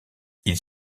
ils